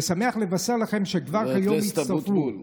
ושמח לבשר לכם שכבר כיום הצטרפו,